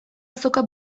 azoka